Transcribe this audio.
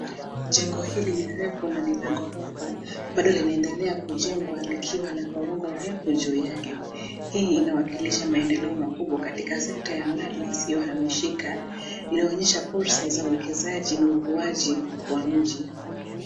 Jengo hili ni refu na ni la ghorofa bado linaendelea kujengwa likiwa na korongo refu juu yake hii inawakilisha maendeleo makubwa katika sekta ya mali isiyohamishika inayoonyesha fursa za uwekezaji na ukuaji wa mji.